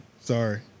Sorry